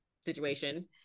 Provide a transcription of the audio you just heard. situation